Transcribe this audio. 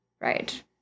Right